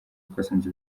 twasanze